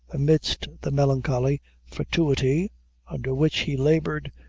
amidst the melancholy fatuity under which he labored,